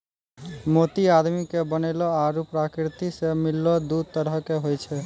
मोती आदमी के बनैलो आरो परकिरति सें मिललो दु तरह के होय छै